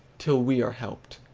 till we are helped,